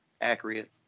Accurate